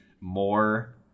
more